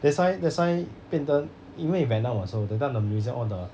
that's why that's why 变得因为 vietnam also that time the museum all the